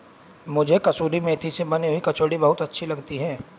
मुझे कसूरी मेथी से बनी हुई कचौड़ी बहुत अच्छी लगती है